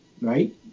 right